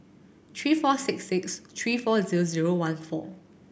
three four six six three four zero zero one four